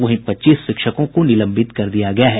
वहीं पच्चीस शिक्षकों को निलंबित कर दिया गया है